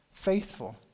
faithful